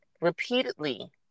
repeatedly